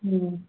ம்